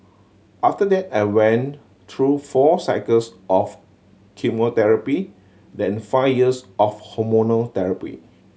after that I went through four cycles of chemotherapy then five years of hormonal therapy